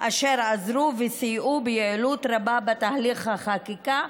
אשר עזרו וסייעו ביעילות רבה בתהליך החקיקה.